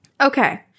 Okay